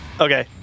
okay